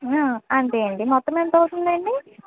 అంతే అండి మొత్తం ఎంతవుతుందండి